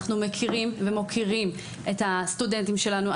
אנחנו מכירים ומוקירים את הסטודנטים שלנו,